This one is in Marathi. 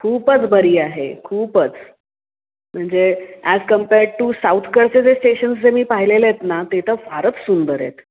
खूपच बरी आहे खूपच म्हणजे ॲज कंपेअर टू साऊथकडचे जे स्टेशन जे मी पाहिलेले आहेत ना ते तर फारच सुंदर आहेत